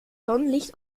sonnenlicht